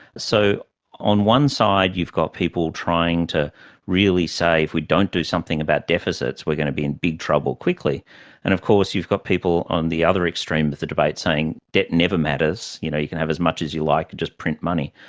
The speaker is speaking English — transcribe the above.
so on one side you've got people trying to really say if we don't do something about deficits we are going to be in big trouble quickly, and of course you've got people on the other extreme of but the debate saying debt never matters, you know you can have as much as you like, and just print money.